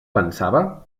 pensava